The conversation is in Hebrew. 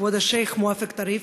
כבוד השיח' מואפק טריף,